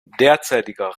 derzeitiger